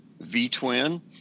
V-twin